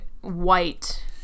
white